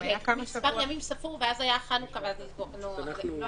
למספר ימים ספור ואז היה חנוכה ויצאו לחופשה.